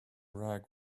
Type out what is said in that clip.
rag